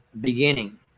beginning